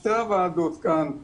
שתי הוועדות כאן,